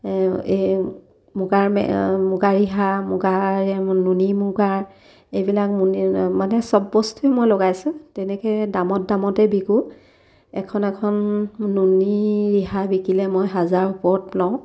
এই মুগাৰ মুগা ৰিহা মুগাৰ নুনি মুগাৰ এইবিলাক মানে নি সব বস্তুৱে মই লগাইছোঁ তেনেকৈ দামত দামতে বিকোঁ এখন এখন নুনী ৰিহা বিকিলে মই হাজাৰৰ ওপৰত লওঁ